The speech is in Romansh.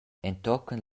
entochen